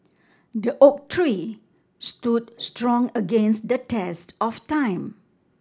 the oak tree stood strong against the test of time